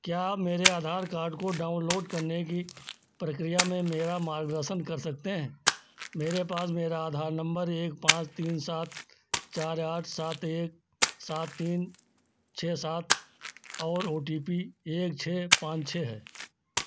क्या आप मेरे आधार कार्ड को डाउनलोड करने की प्रक्रिया में मेरा मार्गदर्शन कर सकते हैं मेरे पास मेरा आधार नम्बर एक पांच तीन सात चार आठ सात एक सात तीन छः सात और ओ टी पी एक छः पाँच छः है